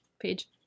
page